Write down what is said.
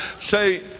say